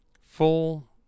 full